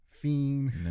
fiend